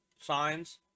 signs